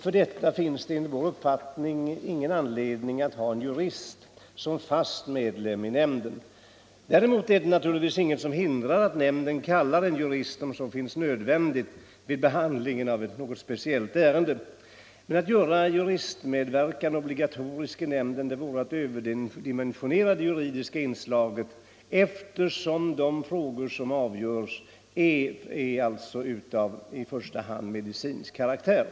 För detta finns det enligt vår uppfattning ingen anledning att ha en jurist som fast medlem i nämnden. Däremot är det naturligtvis inget som hindrar nämnden att kalla jurist, om så befinns nödvändigt vid behandling av ett visst ärende. Men att göra juristmedverkan obligatorisk i nämnden vore att överdimensionera det juridiska inslaget i denna, eftersom de frågor som där avgörs har i första hand medicinsk karaktär.